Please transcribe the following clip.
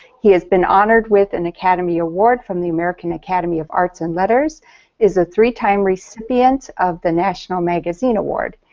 he has been honored with an academy award from the american academy of arts and letters. he is a three time recipient of the national magazine award,